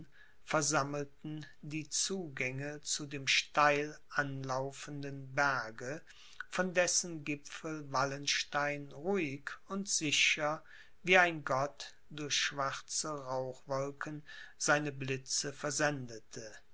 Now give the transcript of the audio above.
versammelten die zugänge zu dem steil anlaufenden berge von dessen gipfel wallenstein ruhig und sicher wie ein gott durch schwarze rauchwolken seine blitze versendete